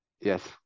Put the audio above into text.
Yes